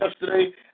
yesterday